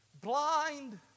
Blind